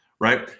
right